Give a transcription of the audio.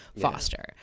foster